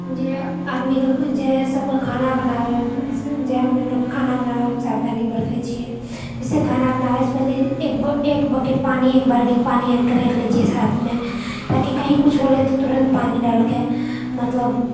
जे आदमीके जे सबके खाना बनाबैमे जैमे लोकके खाना बनाबैमे सावधानी बरतै छिए जैसे खाना बनाबैसँ पहिले एक बकेट पानी एक बाल्टी पानी आनिकऽ राखि लै छिए साथमे ताकि कहीँ किछु होलै तऽ तुरन्त पानी डालिके मतलब